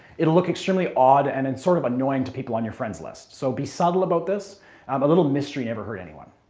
it will look extremely odd and and sort of annoying to people on your friend's list. so be subtle about this a little mystery never hurt anyone.